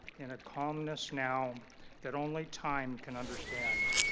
in a calmness now that only time can understand